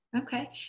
Okay